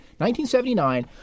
1979